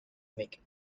make